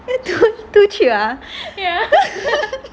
too too cheap ah